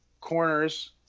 corners